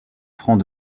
francs